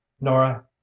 Nora